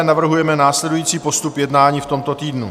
Navrhujeme následující postup jednání v tomto týdnu: